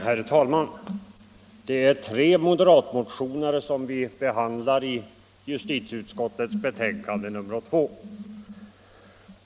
Herr talman! Det är tre moderatmotioner som behandlas i justitieutskottets betänkande nr 2.